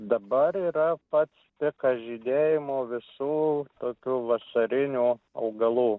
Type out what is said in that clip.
dabar yra pats pikas žydėjimo visų tokių vasarinių augalų